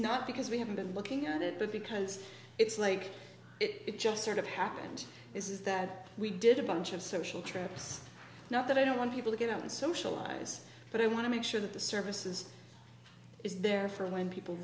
not because we haven't been looking at it but because it's like it just sort of happened is that we did a bunch of social traps not that i don't want people to get out and socialize but i want to make sure that the services is there for when people